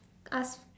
ask